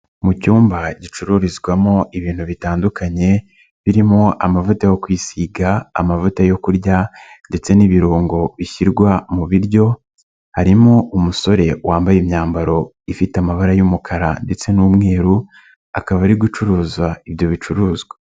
Mu cyumba gicururizwamo ibintu bitandukanye, birimo amavuta yo kwisiga, amavuta yo kurya ndetse n'ibirungo bishyirwa mu biryo, harimo umusore wambaye imyambaro ifite amabara y'umukara ndetse n'umweru, akaba ari gucuruza ibyo bicuruzwa.